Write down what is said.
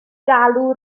galw